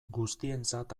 guztientzat